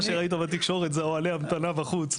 מה שראית בתקשורת זה אוהלי המתנה בחוץ.